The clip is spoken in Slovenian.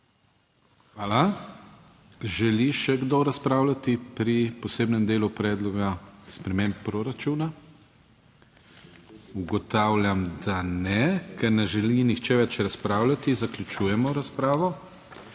Hvala. Želi še kdo razpravljati pri posebnem delu predloga sprememb proračuna? Ugotavljam, da ne. Ker ne želi nihče več razpravljati, zaključujem razpravo.